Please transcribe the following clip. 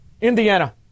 Indiana